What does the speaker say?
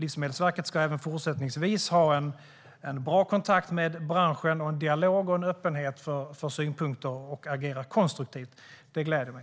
Livsmedelsverket ska alltså även fortsättningsvis ha en bra kontakt med branschen, en dialog och en öppenhet för synpunkter och ska agera konstruktivt. Det gläder mig.